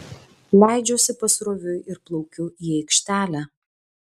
leidžiuosi pasroviui ir plaukiu į aikštelę